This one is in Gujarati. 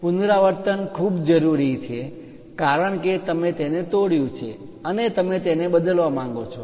પુનરાવર્તન ખૂબ જરૂરી છે કારણ કે તમે તેને તોડ્યું છે અને તમે તેને બદલવા માંગો છો